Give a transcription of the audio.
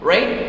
Right